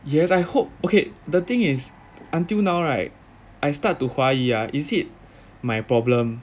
yes and I hope okay the thing is until now right I start to 怀疑 ah is it my problem